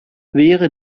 wäre